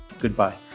Goodbye